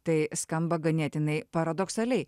tai skamba ganėtinai paradoksaliai